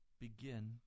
begin